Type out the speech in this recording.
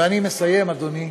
ואני מסיים, אדוני.